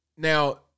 Now